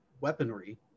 weaponry